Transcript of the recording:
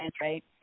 right